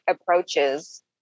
approaches